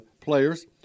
players